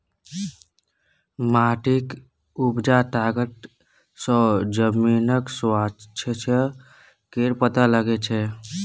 माटिक उपजा तागत सँ जमीनक स्वास्थ्य केर पता लगै छै